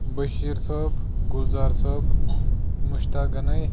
Bashir Sahab Gulzar Sahab Mushtaq گنَاے